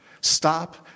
Stop